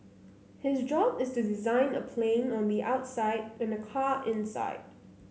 his job is to design a plane on the outside and a car inside